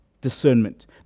discernment